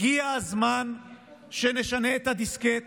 הגיע הזמן שנשנה את הדיסקט